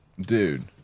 Dude